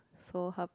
so her